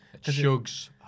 Shug's